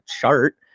chart